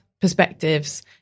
perspectives